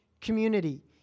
community